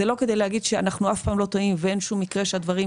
זה לא כדי להגיד שאנחנו אף פעם לא טועים ואין שום מקרה שהדברים